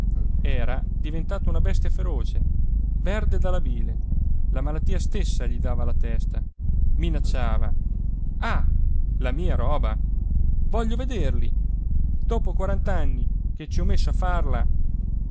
era diventato una bestia feroce verde dalla bile la malattia stessa gli dava alla testa minacciava ah la mia roba voglio vederli dopo quarant'anni che ci ho messo a farla